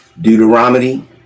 Deuteronomy